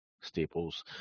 staples